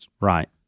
Right